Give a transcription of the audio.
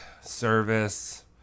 service